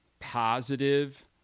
positive